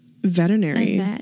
veterinary